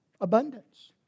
abundance